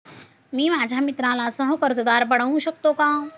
मी माझ्या मित्राला सह कर्जदार बनवू शकतो का?